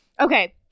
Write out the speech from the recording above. Okay